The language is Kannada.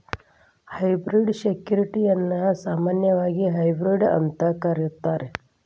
ಹೈಬ್ರಿಡ್ ಸೆಕ್ಯುರಿಟಿಗಳನ್ನ ಸಾಮಾನ್ಯವಾಗಿ ಹೈಬ್ರಿಡ್ ಅಂತ ಕರೇತಾರ